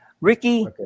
Ricky